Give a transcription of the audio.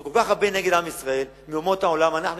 שכל כך הרבה מאומות העולם נגד עם ישראל,